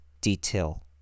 detail